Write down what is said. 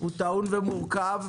הוא טעון ומורכב,